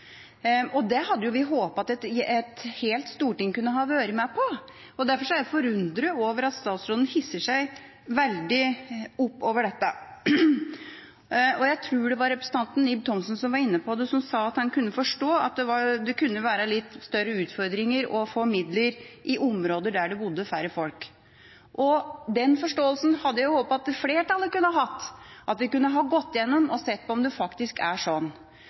Det hadde vi håpet at hele Stortinget kunne vært med på, og derfor er jeg forundret over at statsråden hisser seg veldig opp over dette. Jeg tror det var representanten Ib Thomsen som var inne på det, og som sa at han kunne forstå at det kunne være litt større utfordringer å få midler i områder der det bor færre folk. Den forståelsen hadde jeg håpet at flertallet kunne hatt, og at vi kunne ha gått gjennom saken og sett på om det faktisk er sånn.